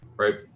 Right